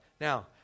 Now